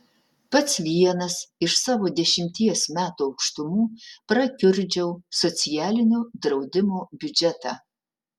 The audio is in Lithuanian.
pats vienas iš savo dešimties metų aukštumų prakiurdžiau socialinio draudimo biudžetą